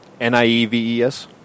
N-I-E-V-E-S